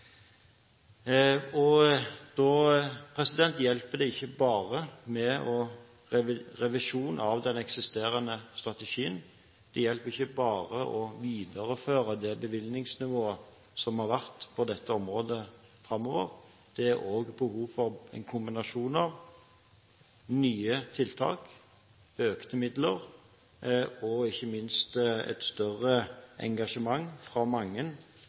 Da hjelper det ikke bare med en revisjon av den eksisterende strategien. Det hjelper ikke bare å videreføre det bevilgningsnivået som har vært på dette området. Det er behov for en kombinasjon av nye tiltak, økte midler og, ikke minst, et større engasjement fra mange,